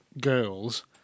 girls